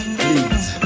please